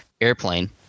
airplane